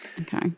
Okay